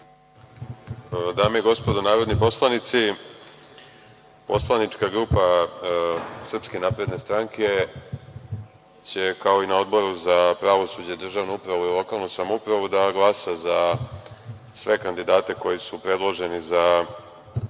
Dame i gospodo narodni poslanici, poslanička grupa SNS će, kao i na Odboru za pravosuđe, državnu upravu i lokalnu samoupravu da glasa za sve kandidate koji su predloženi za